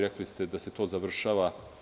Rekli ste da se to završava.